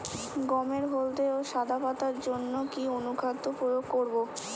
গমের হলদে ও সাদা পাতার জন্য কি অনুখাদ্য প্রয়োগ করব?